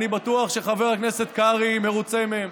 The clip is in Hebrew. ואני בטוח שחבר הכנסת קרעי מרוצה מהם.